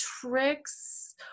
tricks